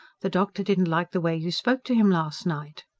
the doctor didn't like the way you spoke to him last night.